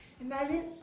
Imagine